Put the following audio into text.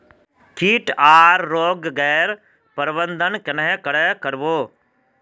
किट आर रोग गैर प्रबंधन कन्हे करे कर बो?